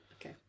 Okay